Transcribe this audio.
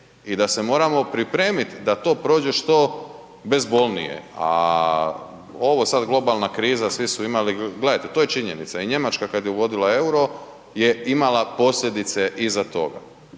i da se moramo pripremit da to prođe što bezbolnije, a ovo sad globalna kriza, svi su imali, gledajte to je činjenica i Njemačka kad je uvodila EUR-o je imala posljedice iza toga